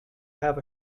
have